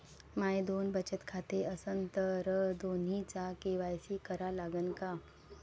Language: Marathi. माये दोन बचत खाते असन तर दोन्हीचा के.वाय.सी करा लागन का?